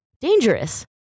dangerous